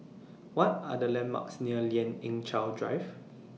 What Are The landmarks near Lien Ying Chow Drive